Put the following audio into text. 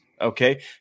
okay